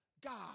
God